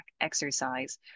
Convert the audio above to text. exercise